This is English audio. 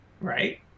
right